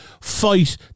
fight